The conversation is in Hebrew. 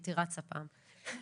הייתי רצה פעם.